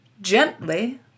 gently